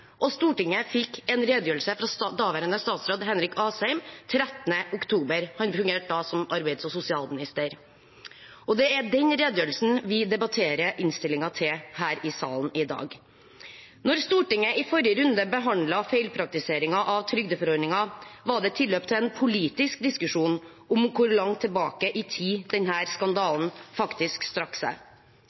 og Stortinget fikk en redegjørelse fra daværende statsråd Henrik Asheim 13. oktober. Han fungerte da som arbeids- og sosialminister. Det er den redegjørelsen vi debatterer innstillingen til her i salen i dag. Da Stortinget i forrige runde behandlet feilpraktiseringen av trygdeforordningen, var det tilløp til en politisk diskusjon om hvor langt tilbake i tid denne skandalen faktisk strakk seg.